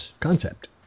concept